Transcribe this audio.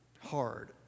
Hard